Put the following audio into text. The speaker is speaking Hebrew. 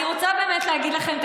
אני רוצה באמת להגיד לכם,